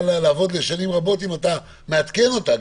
לעבוד לשנים רבות אם אתה מעדכן אותה.